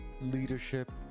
leadership